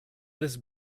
this